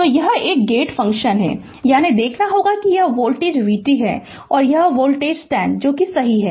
तो यह एक गेट फंक्शन है यानी देखना होगा कि यह वोल्टेज यह v t है और यह वोल्टेज 10 वोल्ट सही है